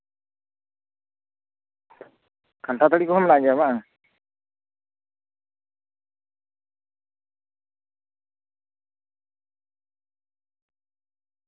ᱠᱟᱱᱴᱷᱟᱲ ᱫᱟᱨᱮ ᱠᱚᱦᱚᱸ ᱢᱮᱱᱟᱜ ᱜᱮᱭᱟ ᱵᱟᱝ